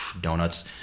donuts